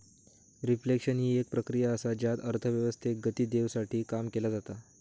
reflection हि एक प्रक्रिया असा ज्यात अर्थव्यवस्थेक गती देवसाठी काम केला जाता